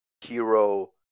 hero